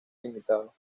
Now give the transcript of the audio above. limitado